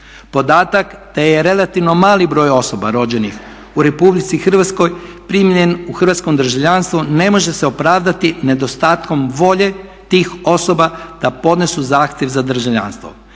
Podatak da je relativno mali broj osoba rođenih u RH primljen u hrvatsko državljanstvo ne može se opravdati nedostatkom volje tih osoba da podnesu zahtjev za državljanstvo,